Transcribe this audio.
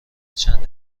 چند